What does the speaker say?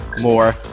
more